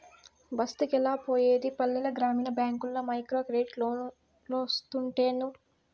బస్తికెలా పోయేది పల్లెల గ్రామీణ బ్యాంకుల్ల మైక్రోక్రెడిట్ లోన్లోస్తుంటేను